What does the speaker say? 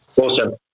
Awesome